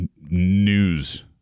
news